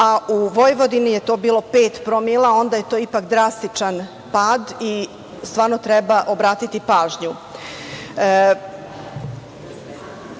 a u Vojvodini je to bilo pet promila, onda je to ipak drastičan pad i stvarno treba obratiti